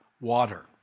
water